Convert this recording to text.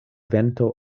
vento